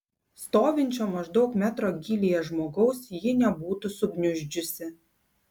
stovinčio maždaug metro gylyje žmogaus ji nebūtų sugniuždžiusi